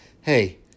Hey